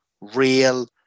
real